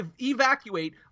evacuate